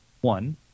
one